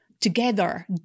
together